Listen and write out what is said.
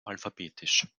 alphabetisch